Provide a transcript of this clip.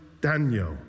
Daniel